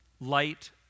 light